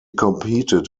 competed